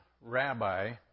rabbi